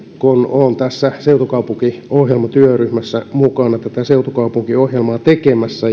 kun olen tässä seutukaupunkiohjelmatyöryhmässä mukana tätä seutukaupunkiohjelmaa tekemässä